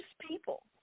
people